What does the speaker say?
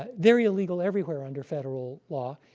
they're illegal everywhere under federal law,